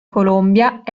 colombia